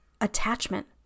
attachment